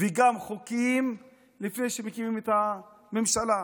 וגם חוקים, לפני שמקימים את הממשלה.